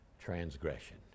transgression